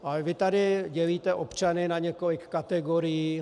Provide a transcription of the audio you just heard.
Ale vy tady dělíte občany na několik kategorií.